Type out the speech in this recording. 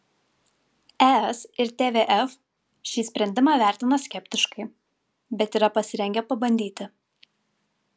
es ir tvf šį sprendimą vertina skeptiškai bet yra pasirengę pabandyti